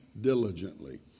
diligently